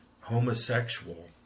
homosexual